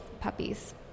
puppies